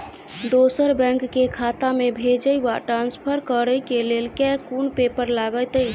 दोसर बैंक केँ खाता मे भेजय वा ट्रान्सफर करै केँ लेल केँ कुन पेपर लागतै?